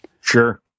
Sure